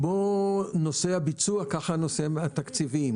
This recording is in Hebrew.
כמו נושא הביצוע, כך נושא התקציבים.